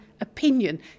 opinion